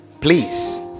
Please